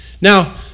now